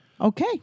Okay